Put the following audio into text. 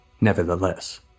Nevertheless